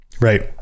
Right